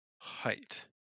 height